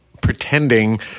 pretending